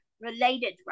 related